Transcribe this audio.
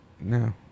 no